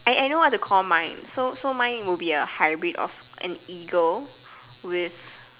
I I know what to call mine so so mine would be a hybrid of an eagle with